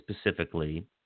specifically